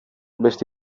beste